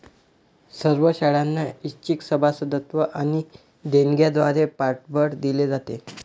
सर्व शाळांना ऐच्छिक सभासदत्व आणि देणग्यांद्वारे पाठबळ दिले जाते